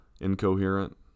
incoherent